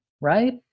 right